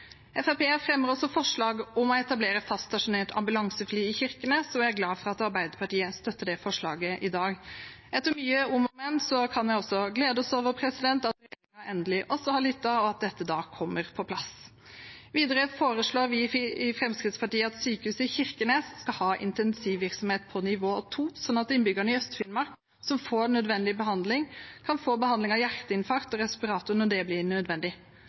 fremmer også forslag om å etablere faststasjonert ambulansefly i Kirkenes og er glad for at Arbeiderpartiet støtter det forslaget i dag. Etter mye om og men kan vi også glede oss over at regjeringen endelig har lyttet, og at dette da kommer på plass. Videre foreslår vi i Fremskrittspartiet at sykehuset i Kirkenes skal ha intensivvirksomhet på nivå 2, slik at innbyggerne i Øst-Finnmark som får nødvendig behandling, kan få behandling av hjerteinfarkt og respirator når det blir nødvendig.